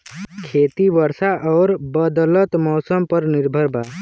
खेती वर्षा और बदलत मौसम पर निर्भर बा